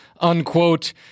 unquote